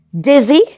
dizzy